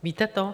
Víte to?